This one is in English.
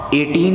18%